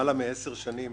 תמיד נפגשים בשאלה מעשית,